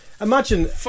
Imagine